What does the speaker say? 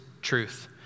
truth